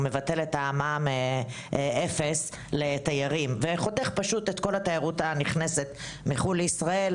מבטל את המע"מ אפס לתיירים וחותך את כל התיירות הנכנסת מחו"ל לישראל,